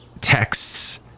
texts